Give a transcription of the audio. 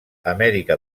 amèrica